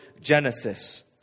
Genesis